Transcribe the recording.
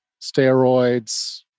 steroids